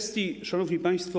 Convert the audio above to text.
Szanowni Państwo!